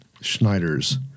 Schneider's